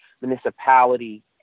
municipality